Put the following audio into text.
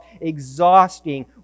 exhausting